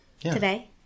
today